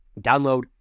download